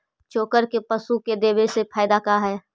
चोकर के पशु के देबौ से फायदा का है?